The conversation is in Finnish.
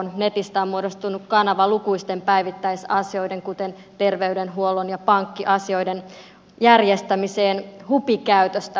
netistä on muodostunut kanava lukuisten päivittäisasioiden kuten terveydenhuollon ja pankkiasioiden järjestämiseen hupikäytöstä puhumattakaan